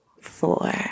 four